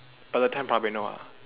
by the time probably know ah